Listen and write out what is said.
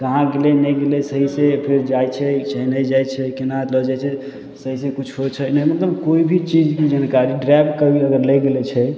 कहाँ गेलै नहि गेलै सही से फेर जाइ छै चाहे नहि जाइ छै केना लऽ जाइ छै सही से किछु होइ छै नहि मतलब कोइ भी चीजके जानकारी ड्राइवर करै लए अगर लए गेल छै